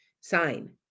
sign